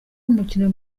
umukino